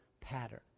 pattern